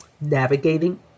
navigating